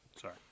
Sorry